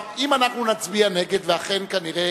אם אנחנו נצביע נגד, ואכן, כנראה